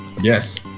Yes